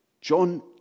John